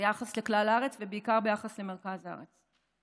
ביחס לכלל הארץ, ובעיקר ביחס למרכז הארץ.